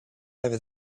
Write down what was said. over